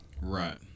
Right